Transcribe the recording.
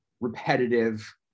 repetitive